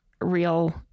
real